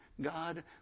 God